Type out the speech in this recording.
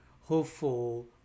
hopeful